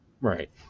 Right